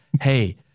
hey